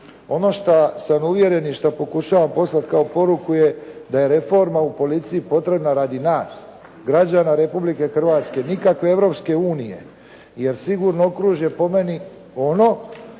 Ono šta sam uvjeren i šta pokušavam poslati kao poruku je da je reforma u policiji potrebna radi nas građane Republike Hrvatske, nikakve Europske unije, jer sigurno okružje po meni ono